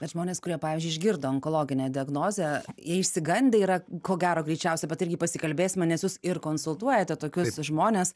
bet žmonės kurie pavyzdžiui išgirdo onkologinę diagnozę jie išsigandę yra ko gero greičiausia bet irgi pasikalbėsime nes jūs ir konsultuojate tokius žmones